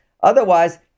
Otherwise